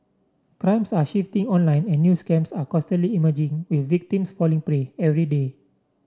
crimes are shifting online and new scams are constantly emerging with victims falling prey every day